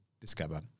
discover